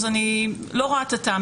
אז אני לא רואה את הטעם.